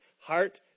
heart